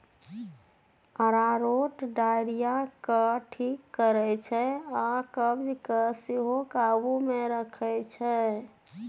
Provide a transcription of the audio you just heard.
अरारोट diarrhoea केँ ठीक करै छै आ कब्ज केँ सेहो काबु मे रखै छै